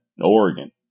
Oregon